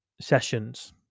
sessions